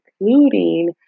including